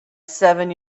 seven